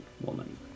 woman